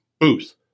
Booth